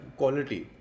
quality